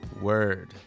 Word